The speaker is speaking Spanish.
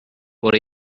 por